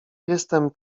jestem